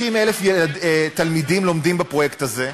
50,000 תלמידים לומדים בפרויקט הזה,